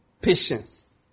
patience